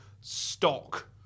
stock